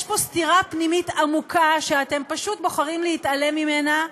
יש פה סתירה פנימית עמוקה שאתם פשוט בוחרים להתעלם ממנה,